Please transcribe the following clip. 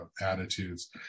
attitudes